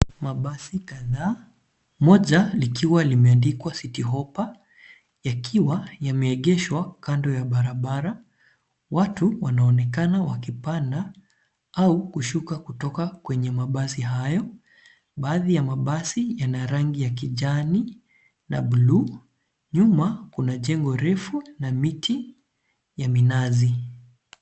Mabasi kadhaa, moja likiwa limeandikwa Citi hoppa , yakiwa yameegeshwa kando ya barabara. Watu wanaonekana wakipanda au kushuka kutoka kwenya mabasi hayo. Baadhi ya mabasi yana rangi ya kijani na blue . Nyuma kuna jengo refu na miti ya minazi.